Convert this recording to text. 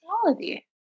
quality